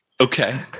Okay